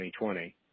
2020